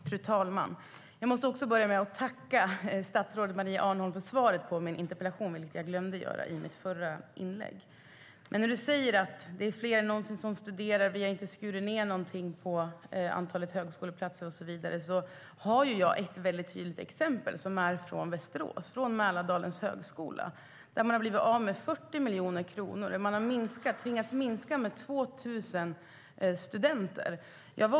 Fru talman! Jag måste börja med att tacka statsrådet Maria Arnholm för svaret på min interpellation, vilket jag glömde göra i mitt förra inlägg. Du säger, Maria Arnholm, att det är fler än någonsin som studerar och att ni inte har skurit ned något på antalet högskoleplatser och så vidare, men jag har ett tydligt exempel, och det är Mälardalens högskola i Västerås. Där har man blivit av med 40 miljoner kronor och tvingats minska antalet studenter med 2 000.